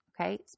okay